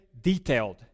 detailed